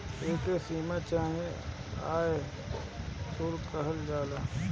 एके सीमा चाहे आयात शुल्क कहल जाला